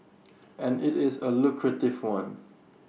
and IT is A lucrative one